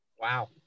wow